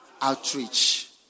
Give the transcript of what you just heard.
Outreach